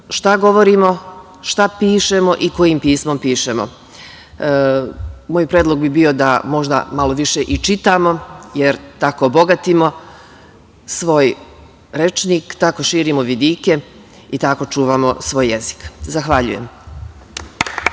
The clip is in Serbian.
šta govorimo, šta pišemo i kojim pismom pišemo. Moj predlog bi bio da možda malo više i čitamo, jer tako bogatimo svoj rečnik, tako širimo vidike i tako čuvamo svoj jezik. Zahvaljujem.